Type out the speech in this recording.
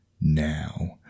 now